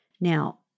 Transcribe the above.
Now